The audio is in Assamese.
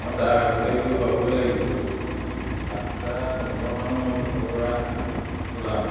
মই তাৰ আগতে গৈ পাবগৈ লাগিব সাতটা পোন্ধৰমানত মই ঘৰৰ পৰা ওলাম